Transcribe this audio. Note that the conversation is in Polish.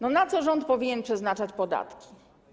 Na co rząd powinien przeznaczać podatki?